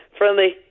friendly